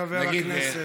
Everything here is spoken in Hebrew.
חבר הכנסת,